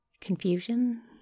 Confusion